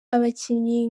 abakinnyi